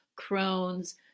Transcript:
Crohn's